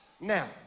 now